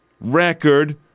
record